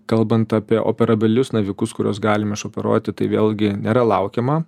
kalbant apie operabilius navikus kuriuos galim išoperuoti tai vėlgi nėra laukiama